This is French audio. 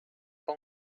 pas